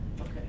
okay